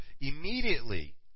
Immediately